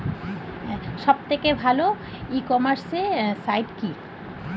সব থেকে ভালো ই কমার্সে সাইট কী?